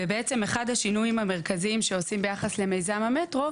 בעצם אחד השינויים המרכזים שעושים ביחס למיזם המטרו,